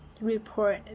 report